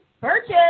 Purchase